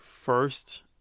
First